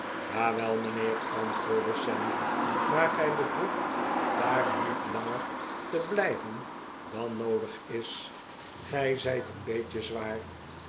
jawel mijnheer antwoordde sam maar gij behoeft daar niet langer te blijven dan noodig is gij zijt een beetje zwaar